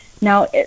Now